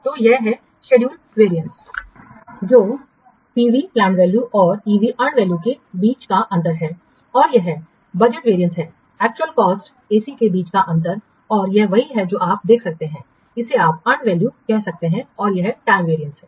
तो यह है शेड्यूल वेरियंस जो पीवी और ईवी के बीच अंतर है और यह बजट वेरियंस है एक्चुअल कॉस्ट के बीच का अंतर और यह वही है जो आप देख सकते हैं इसे आप अर्नड वैल्यू कह सकते हैं और यह टाइम वेरियंस है